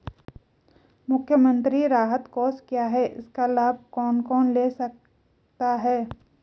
मुख्यमंत्री राहत कोष क्या है इसका लाभ कौन कौन ले सकता है?